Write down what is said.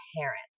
parents